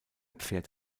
pferd